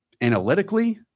analytically